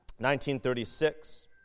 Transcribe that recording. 1936